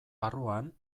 barruan